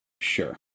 Sure